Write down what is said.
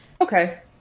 Okay